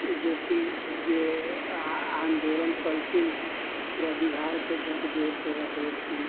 जे पी जे आन्दोलन कयलथिन पूरा बिहारके झकझोरके रख देलखिन